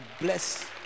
bless